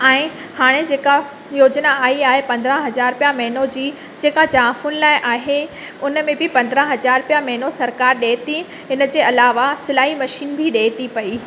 ऐं हाणे जेका योजना आई आहे पंदरहां हज़ार रुपया महिनो जी जेका जाइफ़ूनि लाइ आहे उन में बि पंदरहां हज़ारु रुपया महिनो सरकार ॾिए थी हिन जे अलावा सिलाई मशीन बि ॾिए थी पई